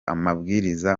amabwiriza